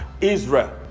Israel